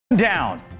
down